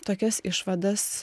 tokias išvadas